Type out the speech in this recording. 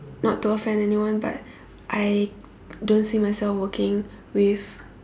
not to offend anyone but I don't see myself working with